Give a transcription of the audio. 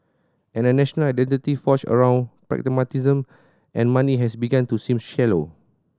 and a national identity forged around pragmatism and money has begun to seem shallow